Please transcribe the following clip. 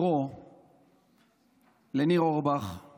לכבוש את השבת במרחב